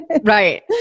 Right